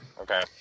Okay